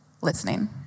listening